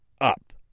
up